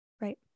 Right